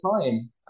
time